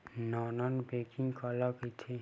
Non banking काला कइथे?